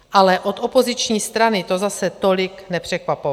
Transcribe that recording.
Ale od opoziční strany to zase tolik nepřekvapovalo.